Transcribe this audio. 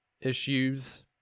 issues